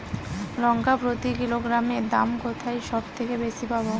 লঙ্কা প্রতি কিলোগ্রামে দাম কোথায় সব থেকে বেশি পাব?